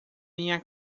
minha